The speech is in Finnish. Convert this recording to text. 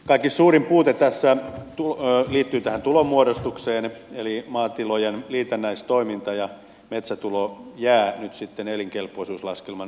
kaikista suurin puute tässä liittyy tulonmuodostukseen eli maatilojen liitännäistoiminta ja metsätulo jää nyt sitten elinkelpoisuuslaskelman ulkopuolelle